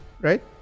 right